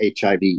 HIV